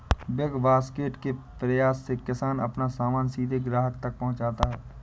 big Basket के प्रयास से किसान अपना सामान सीधे ग्राहक तक पहुंचाता है